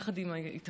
יחד עם ההתאחדות,